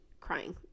crying